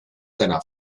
seiner